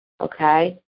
okay